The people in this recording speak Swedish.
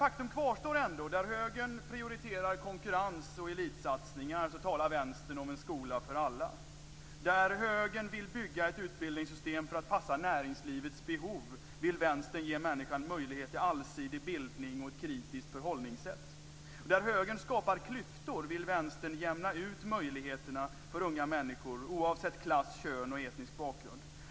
Faktum kvarstår ändå: Där Högern prioriterar konkurrens och elitsatsningar talar Vänstern om en skola för alla. Där Högern vill bygga ett utbildningssystem som passar näringslivets behov vill Vänstern ge människan möjlighet till allsidig bildning och ett kritiskt förhållningssätt. Där Högern skapar klyftor vill Vänstern jämna ut möjligheterna för unga människor oavsett klass, kön och etnisk bakgrund.